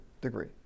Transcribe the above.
degree